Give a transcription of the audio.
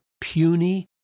puny